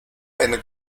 eine